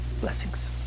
Blessings